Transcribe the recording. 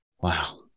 Wow